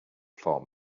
form